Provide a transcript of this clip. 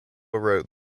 wrote